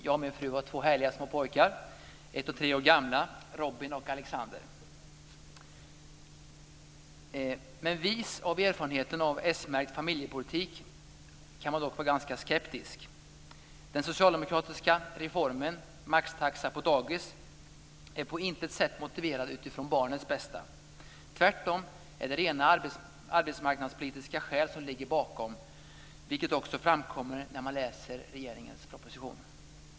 Jag och min fru har två härliga små pojkar som är ett och tre år gamla - Robin och Vis av erfarenhet av s-märkt familjepolitik är man dock ganska skeptisk. Den socialdemokratiska reformen om maxtaxa på dagis är på intet sätt motiverad utifrån barnens bästa. Tvärtom är det rena arbetsmarknadspolitiska skäl som ligger bakom, vilket också framkommer när man läser regeringens proposition.